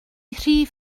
rhif